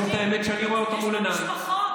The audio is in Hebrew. באמת, זה פרנסה של אנשים.